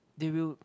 they will